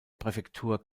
präfektur